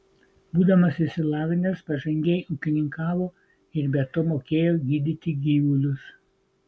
būdamas išsilavinęs pažangiai ūkininkavo ir be to mokėjo gydyti gyvulius